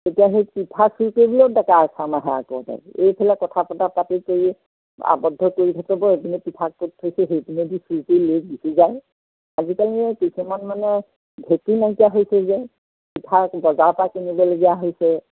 তেতিয়া সেই পিঠা চুৰ কৰিবলৈও ডেকা এচাম আহে আগতে এইফালে কথা বতৰা পাতি কৰি আৱদ্ধ কৰি থাকিব এইপিনে পিঠা ক'ত থৈছে সেইপিনেদি চুৰি কৰি লৈ গুচি যায় আজিকালি কিছুমান মানে ঢেঁকী নাইকিয়া হৈছে যে পিঠা বজাৰৰ পৰা কিনিবলগীয়া হৈছে